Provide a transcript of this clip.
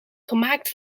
gemaakt